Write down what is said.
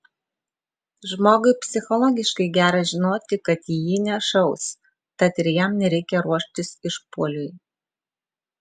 žmogui psichologiškai gera žinoti kad į jį nešaus tad ir jam nereikia ruoštis išpuoliui